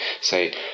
say